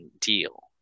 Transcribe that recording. deal